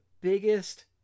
biggest